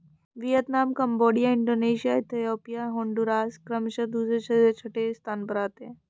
Vietnam Cambodia Indonesia Ethiopia Honduras क्रमशः दूसरे से छठे स्थान पर आते हैं